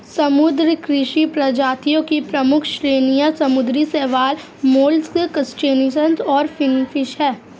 समुद्री कृषि प्रजातियों की प्रमुख श्रेणियां समुद्री शैवाल, मोलस्क, क्रस्टेशियंस और फिनफिश हैं